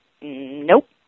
Nope